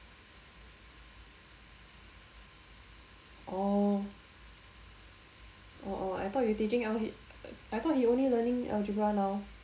oh oh oh I thought you teaching I thought he only learning algebra now